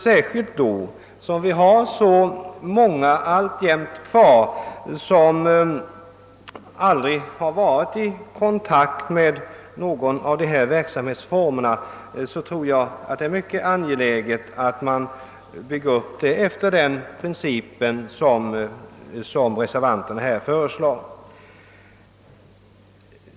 Särskilt med hänsyn till att vi har så många kvar, vilka aldrig varit i kontakt med någon av dessa verksamhetsformer, tror jag att det är mycket angeläget att man bygger upp det hela efter den princip reservanterna föreslår.